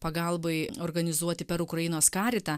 pagalbai organizuoti per ukrainos karitą